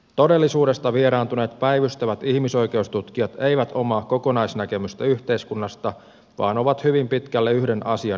todellisuudesta vieraantuneet päivystävät ihmisoikeustutkijat eivät omaa kokonaisnäkemystä yhteiskunnasta vaan ovat hyvin pitkälle yhden asian ihmisiä